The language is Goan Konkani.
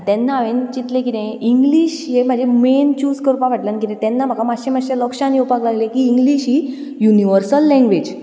आनी तेन्ना हांवें चिंतलें कितें इंग्लीश हें म्हाजें मैन चूज करपा फाटल्यान कितें तेन्ना म्हाका मातशे मातशे लक्षांत येवपाक लागलें की इंग्लीश ही युनिवर्सल लॅंगवेज